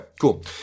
cool